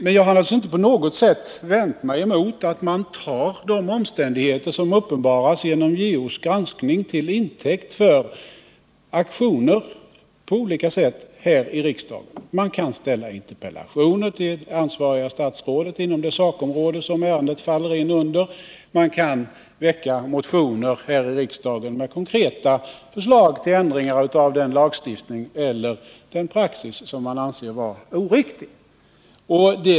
Jag har emellertid inte på något sätt vänt mig emot att man tar de omständigheter som uppenbaras genom JO:s granskning till intäkt för olika aktioner här i riksdagen. Man kan framställa interpellationer till det ansvariga statsrådet eller väcka motioner här i riksdagen med konkreta förslag till ändring av den lagstiftning eller den praxis som man anser vara oriktig.